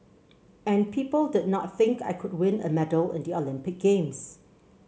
and people did not think I could win a medal in the Olympic Games